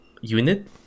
unit